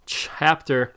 chapter